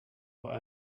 were